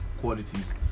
qualities